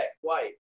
white